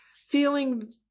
Feeling